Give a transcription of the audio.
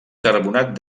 carbonat